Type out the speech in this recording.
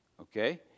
Okay